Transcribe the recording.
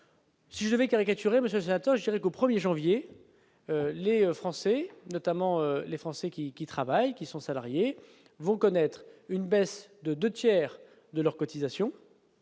Si je vais caricaturer mais j'attends, je dirais qu'au 1er janvier les Français, notamment les Français qui, qui travaillent, qui sont salariés vont connaître une baisse de 2 tiers de leurs cotisations